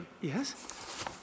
Yes